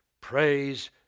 praise